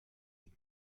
den